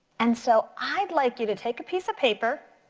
and so i'd like you to take a piece of paper,